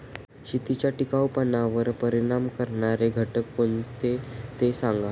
शेतीच्या टिकाऊपणावर परिणाम करणारे घटक कोणते ते सांगा